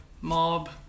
mob